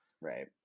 Right